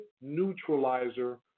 neutralizer